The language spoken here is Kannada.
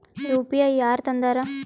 ಯು.ಪಿ.ಐ ಯಾರ್ ತಂದಾರ?